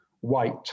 white